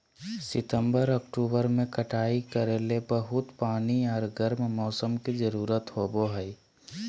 सितंबर, अक्टूबर में कटाई करे ले बहुत पानी आर गर्म मौसम के जरुरत होबय हइ